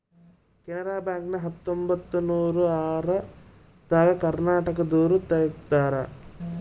Canara bank ನ ಹತ್ತೊಂಬತ್ತನೂರ ಆರ ದಾಗ ಕರ್ನಾಟಕ ದೂರು ತೆಗ್ದಾರ